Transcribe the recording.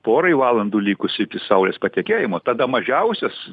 porai valandų likus iki saulės patekėjimo tada mažiausias